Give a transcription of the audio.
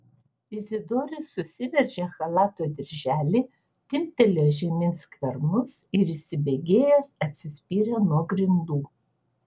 izidorius susiveržė chalato dirželį timptelėjo žemyn skvernus ir įsibėgėjęs atsispyrė nuo grindų